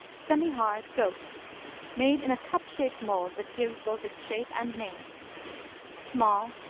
semihard goat made in a cup-shaped mold that gives both its shape and name small,